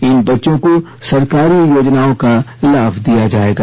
इन बच्चों को सरकारीयोजनाओं का लाभ दिया जाएगा